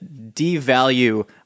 devalue